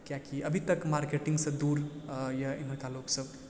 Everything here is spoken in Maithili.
किएकि अभी तक मार्केटिन्ग सँ दूर यऽ एमहरका लोक सब